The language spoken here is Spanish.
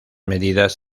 medidas